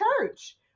church